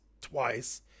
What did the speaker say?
twice